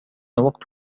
وقت